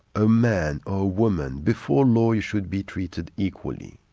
a man or a woman, before law you should be treated equally.